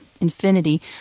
Infinity